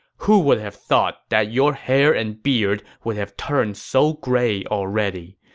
who would have thought that your hair and beard would have turned so gray already?